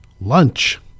lunch